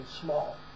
small